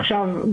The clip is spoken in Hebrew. עכשיו,